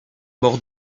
mort